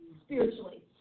spiritually